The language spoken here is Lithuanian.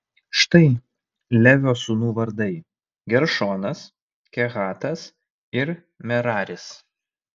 štai levio sūnų vardai geršonas kehatas ir meraris